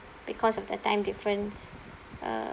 because of the time difference uh